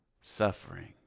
Suffering